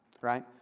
Right